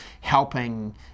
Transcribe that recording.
helping